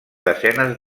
desenes